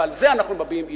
ועל זה אנחנו מביעים אי-אמון.